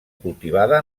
cultivada